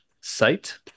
site